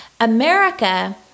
America